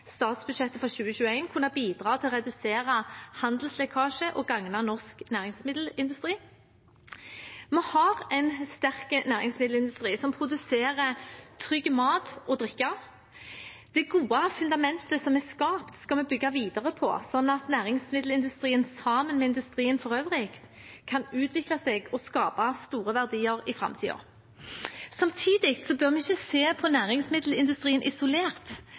statsbudsjettet for 2021 kunne bidra til å redusere handelslekkasje og gagne norsk næringsmiddelindustri. Vi har en sterk næringsmiddelindustri som produserer trygg mat og drikke. Det gode fundamentet som er skapt, skal vi bygge videre på, sånn at næringsmiddelindustrien, sammen med industrien for øvrig, kan utvikle seg og skape store verdier i framtiden. Samtidig bør vi ikke se på næringsmiddelindustrien isolert,